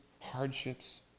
hardships